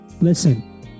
listen